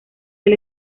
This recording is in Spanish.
del